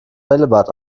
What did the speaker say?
bällebad